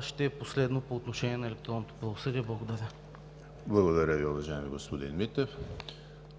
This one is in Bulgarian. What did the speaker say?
ще е последно по отношение на електронното правосъдие. Благодаря. ПРЕДСЕДАТЕЛ ЕМИЛ ХРИСТОВ: Благодаря Ви, уважаеми господин Митев.